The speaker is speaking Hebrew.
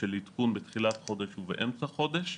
של עדכון בתחילת חודש ובאמצע חודש,